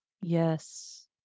yes